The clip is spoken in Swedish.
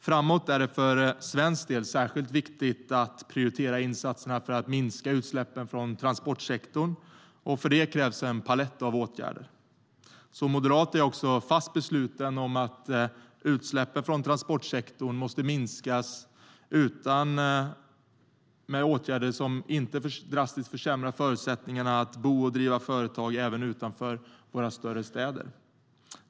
Framöver är det för svensk del särskilt viktigt att prioritera insatserna för att minska utsläppen från transportsektorn, och för det krävs en palett av åtgärder. Som moderat är jag också fast besluten om att utsläppen från transportsektorn måste minskas genom åtgärder som inte drastiskt försämrar förutsättningarna för att bo och driva företag även utanför våra större städer.